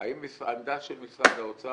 האם העמדה של משרד האוצר